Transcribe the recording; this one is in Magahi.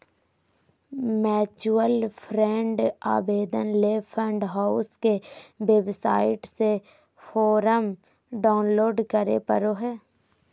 म्यूचुअल फंड आवेदन ले फंड हाउस के वेबसाइट से फोरम डाऊनलोड करें परो हय